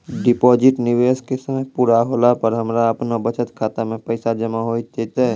Deposit निवेश के समय पूरा होला पर हमरा आपनौ बचत खाता मे पैसा जमा होय जैतै?